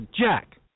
Jack